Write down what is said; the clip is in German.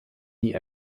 die